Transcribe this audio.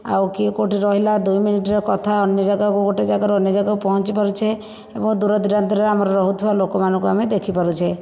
ଆଉ କିଏ କେଉଁଠି ରହିଲା ଦୁଇ ମିନିଟର କଥା ଅନ୍ୟ ଜାଗାକୁ ଗୋଟିଏ ଜାଗାରୁ ଅନ୍ୟ ଜାଗାକୁ ପହଁଞ୍ଚି ପାରୁଛେ ଏବଂ ଦୂର ଦୁରାନ୍ତରେ ଆମର ରହୁଥିବା ଲୋକମାନଙ୍କୁ ଆମେ ଦେଖିପାରୁଛେ